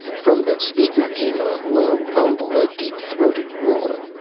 from the speaker came a low rumble, a deep-throated roar.